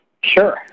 Sure